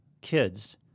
kids